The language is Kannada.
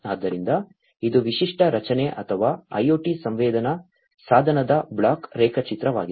ಆದ್ದರಿಂದ ಇದು ವಿಶಿಷ್ಟ ರಚನೆ ಅಥವಾ IoT ಸಂವೇದನಾ ಸಾಧನದ ಬ್ಲಾಕ್ ರೇಖಾಚಿತ್ರವಾಗಿದೆ